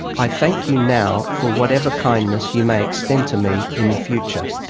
i thank you now for whatever kindness you may extend to me in the future.